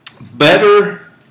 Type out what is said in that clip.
better